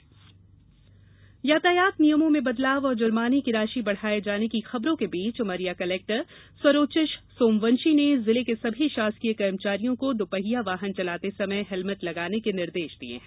helmet यातायात नियमों में बदलाव और जुर्माने की राशि बढ़ाये जाने की खबरों के बीच उमरिया कलेक्टर स्वरोचिष सोमवंशी ने जिले के सभी शासकीय कर्मचारियों को दुपहिया वाहन चलाते समय हेलमेट लगाने के निर्देश दिये हैं